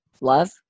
Love